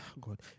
God